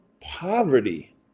poverty